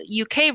UK